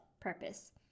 purpose